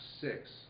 six